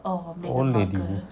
old lady